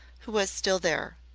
who was still there.